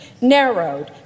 narrowed